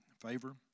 favor